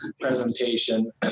presentation